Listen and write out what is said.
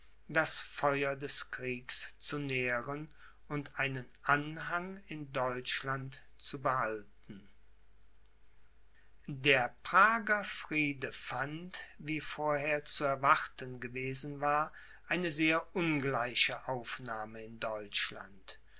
das feuer des kriegs zu nähren und einen anhang in deutschland zu behalten der prager friede fand wie vorher zu erwarten gewesen war eine sehr ungleiche aufnahme in deutschland